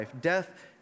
death